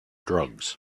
drugs